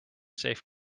safe